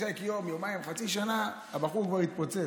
שיחק יום, יומיים, חצי שנה, הבחור כבר התפוצץ.